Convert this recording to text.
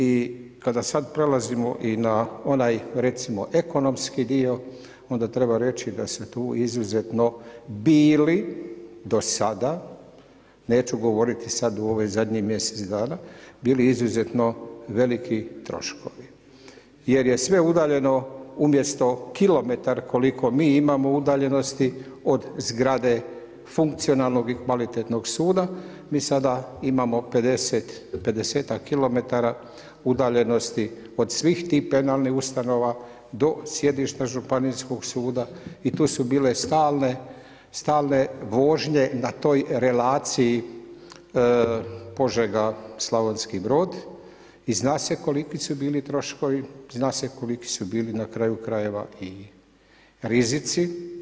I kada sada prelazimo i na onaj recimo ekonomski dio onda treba reći da su tu izuzetno bili do sada, neću govoriti sad u ovih zadnjih mjesec dana bili izuzetno veliki troškovi jer je sve udaljeno umjesto kilometar koliko mi imamo udaljenosti od zgrade funkcionalnog i kvalitetnog suda mi sada imamo 50-ak kilometara udaljenosti od svih tih penalnih ustanova do sjedišta županijskog suda i tu su bile stalne vožnje na toj relaciji Požega-Slavonski Brod i zna se koliki su bili troškovi, zna se koliki su bili na kraju krajeva i rizici.